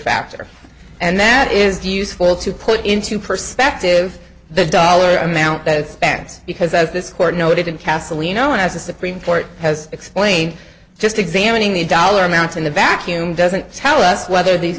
factor and that is useful to put into perspective the dollar amount that expands because of this court noted in castle you know as the supreme court has explained just examining the dollar amounts in a vacuum doesn't tell us whether these